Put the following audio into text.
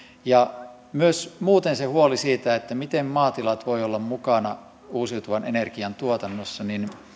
ja myös muuten se huoli siitä miten maatilat voivat olla mukana uusiutuvan energian tuotannossa